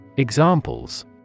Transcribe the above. Examples